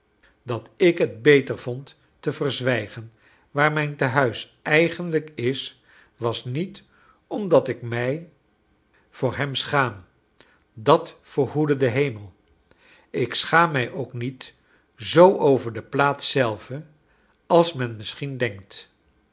dat ik het beter vond te verzwijgen waar mijn tenuis eigenlijk is was niet omdat ik mij voor hem schaam dat verhoede de hemel ik schaam mij ook niet zoo over de plaats zelve als men misschien denkt